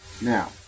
Now